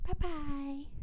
Bye-bye